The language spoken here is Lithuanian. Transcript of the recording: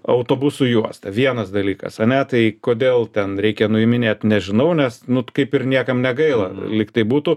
autobusų juostą vienas dalykas ane tai kodėl ten reikia nuiminėt nežinau nes nu kaip ir niekam negaila lyg tai būtų